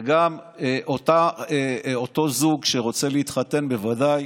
וגם אותו זוג שרוצה להתחתן, בוודאי